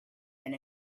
been